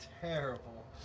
terrible